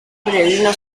peregrino